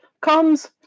comes